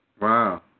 Wow